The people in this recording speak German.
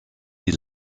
die